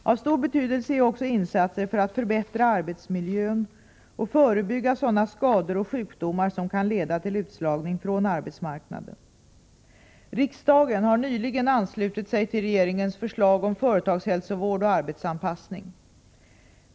Av stor betydelse är också insatser för att förbättra arbetsmiljön och förebygga sådana skador och sjukdomar som kan leda till utslagning från arbetsmarknaden. Riksdagen har nyligen anslutit sig till regeringens förslag om företagshälsovård och arbetsanpassning.